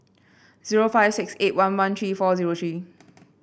zero five six eight one one three four zero three